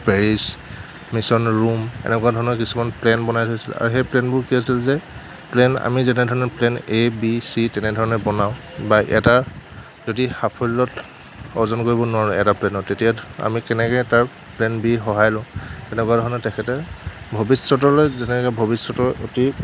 Paris মিছন ৰুম এনেকুৱা ধৰণৰ কিছুমান প্লেন বনাই থৈছিল আৰু সেই প্লেনবোৰ কি হৈছিল যে প্লেন আমি যেনে ধৰনৰ প্লেন এ বি চি তেনেধৰণৰ বনাওঁ বা এটা যদি সাফল্য অৰ্জন কৰিব নোৱাৰো এটা প্লেনত তেতিয়া আমি কেনেকৈ তাৰ প্লেন বিৰ সহায় লওঁ তেনেকুৱা ধৰণৰ তেখেতে ভৱিষ্যতলৈ যেনেকৈ ভৱিষ্যতৰ প্ৰতি